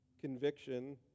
conviction